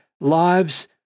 lives